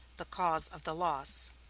the cause of the loss.